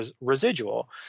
residual